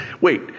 wait